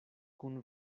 kun